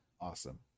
awesome